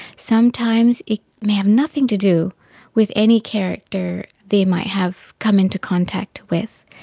sometimes it may have nothing to do with any character they might have come into contact with.